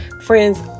Friends